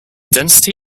density